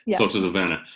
yeah social savannah.